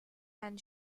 and